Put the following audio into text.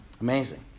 Amazing